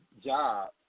job